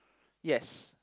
yes